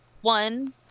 one